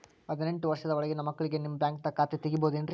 ಹದಿನೆಂಟು ವರ್ಷದ ಒಳಗಿನ ಮಕ್ಳಿಗೆ ನಿಮ್ಮ ಬ್ಯಾಂಕ್ದಾಗ ಖಾತೆ ತೆಗಿಬಹುದೆನ್ರಿ?